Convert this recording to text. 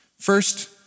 First